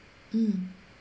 mm